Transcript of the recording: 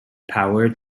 power